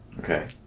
Okay